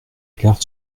clair